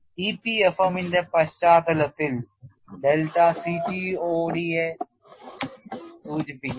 EPFM ന്റെ പശ്ചാത്തലത്തിൽ delta CTOD നെ സൂചിപ്പിക്കുന്നു